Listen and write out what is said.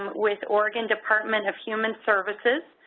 with oregon department of human services.